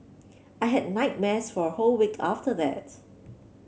I had nightmares for a whole week after that